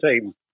team